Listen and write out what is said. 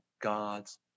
God's